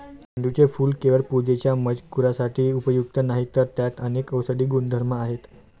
झेंडूचे फूल केवळ पूजेच्या मजकुरासाठी उपयुक्त नाही, तर त्यात अनेक औषधी गुणधर्म आहेत